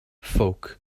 ffowc